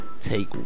Take